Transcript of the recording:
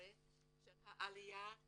המפוארת של העלייה מאתיופיה.